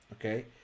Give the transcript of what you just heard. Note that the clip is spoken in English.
Okay